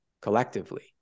collectively